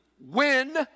win